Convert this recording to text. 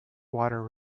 water